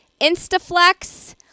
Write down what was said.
Instaflex